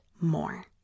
more